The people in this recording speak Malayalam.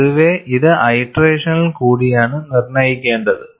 പൊതുവേഇത് ഐറ്ററേഷനിൽ കൂടിയാണ് നിർണ്ണയിക്കേണ്ടത്